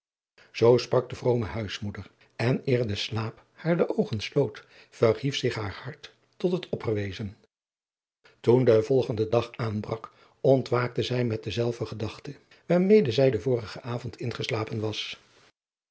zoo sprak de vrome huismoeder en eer de slaap haar de oogen sloot verhief zich haar hart tot het opperwezen toen de volgende dag aanbrak ontwaakte zij met dezelfde gedachte waarmede zij den vorigen avond ingeslapen was